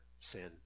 sin